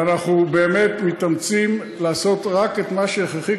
ואנחנו באמת מתאמצים לעשות רק את מה שהכרחי,